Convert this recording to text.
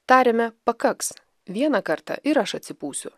tariame pakaks vieną kartą ir aš atsipūsiu